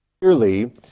clearly